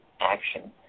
action